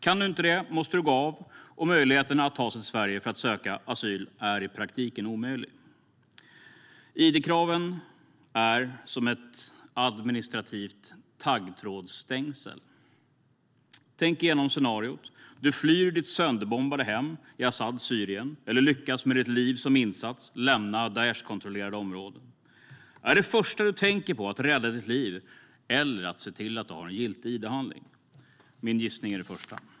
Om man inte kan det måste man gå av, och möjligheterna att ta sig till Sverige för att söka asyl är då i praktiken borta. Id-kraven är som ett administrativt taggtrådsstängsel. Tänk igenom scenariot! Du flyr ditt sönderbombade hem i al-Asads Syrien eller lyckas, med ditt liv som insats, lämna områden som är kontrollerade av Daish. Är det första du tänker på att rädda ditt liv, eller att se till att du har giltig id-handling med dig? Min gissning är det första.